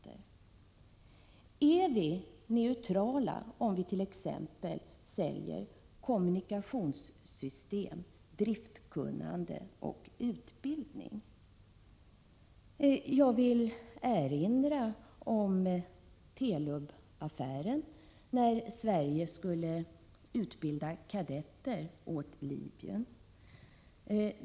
Är vi neutrala om vi t.ex. säljer kommunikationssystem, driftkunnande och utbildning? Jag vill erinra om det som inträffade i Telub-affären, dvs. när Sverige skulle utbilda kadetter åt Libyen.